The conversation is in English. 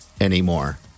anymore